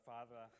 Father